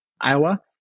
Iowa